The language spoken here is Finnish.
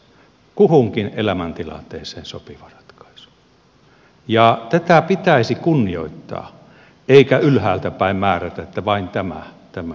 kuhunkin elämäntilanteeseen sopiva ratkaisu tätä pitäisi kunnioittaa eikä ylhäältäpäin määrätä että vain tämä sopii